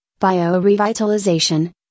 biorevitalization